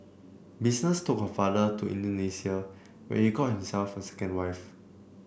business took her father to Indonesia where he got himself a second wife